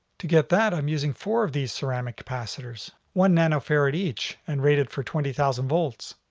to get that i'm using four of these ceramic capacitors, one nanofarad each and rated for twenty thousand volts.